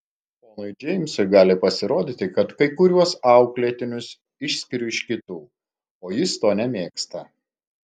ponui džeimsui gali pasirodyti kad kai kuriuos auklėtinius išskiriu iš kitų o jis to nemėgsta